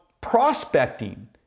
prospecting